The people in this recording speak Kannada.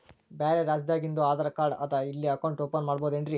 ಬ್ಯಾರೆ ರಾಜ್ಯಾದಾಗಿಂದು ಆಧಾರ್ ಕಾರ್ಡ್ ಅದಾ ಇಲ್ಲಿ ಅಕೌಂಟ್ ಓಪನ್ ಮಾಡಬೋದೇನ್ರಿ?